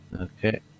Okay